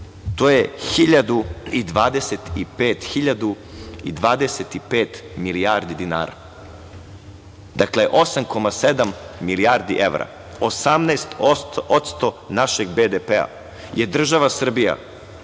to je 1.025 milijardi dinara. Dakle, 8,7 milijardi evra, 18% našeg BDP-a je država Srbija,